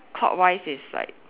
clockwise is like